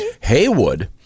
Haywood